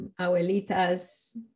Abuelita's